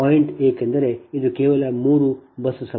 ಆದ್ದರಿಂದ ಪಾಯಿಂಟ್ ಏಕೆಂದರೆ ಇದು ಕೇವಲ 3 ಬಸ್ ಸಮಸ್ಯೆ